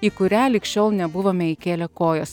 į kurią lig šiol nebuvome įkėlę kojos